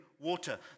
Water